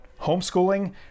homeschooling